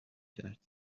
کرد